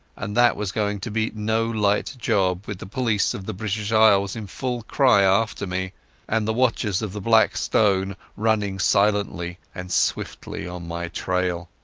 and that was going to be no light job with the police of the british isles in full cry after me and the watchers of the black stone running silently and swiftly on my trail.